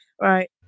right